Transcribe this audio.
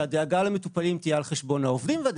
שהדאגה למטופלים תהיה על חשבון העובדים,